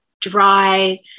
dry